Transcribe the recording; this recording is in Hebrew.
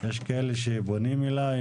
יש כאלה שפונים אליי,